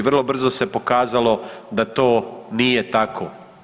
Vrlo brzo se pokazalo da to nije tako.